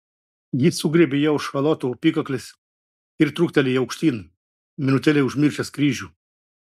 jis sugriebė ją už chalato apykaklės ir truktelėjo aukštyn minutėlei užmiršęs kryžių